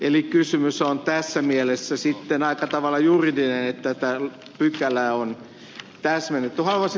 eli kysymys on tässä mielessä aika tavalla juridinen että tätä pykälää on täsmennetty